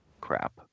Crap